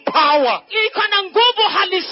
power